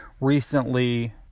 recently